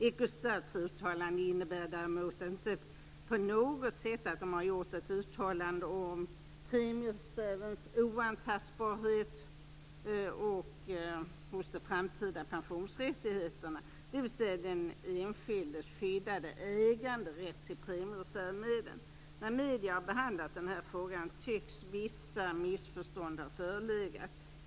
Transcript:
Ecostats uttalande gäller däremot inte på något sätt premiereservens oantastbarhet hos de framtida pensionsrättigheterna, dvs. den enskildes skyddade äganderätt till premiereservmedlen. När medierna har behandlat denna fråga tycks vissa missförstånd ha förelegat.